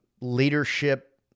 leadership